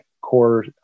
core